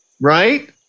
right